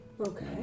Okay